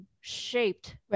shaped